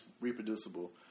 reproducible